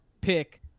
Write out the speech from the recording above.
pick